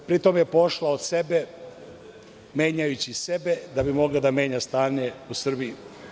Pri tom je pošla odsebe, menjajući sebe da bi mogla da menja stanje u Srbiji.